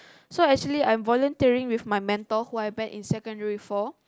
so actually I'm volunteering with my mentor whom I met in secondary four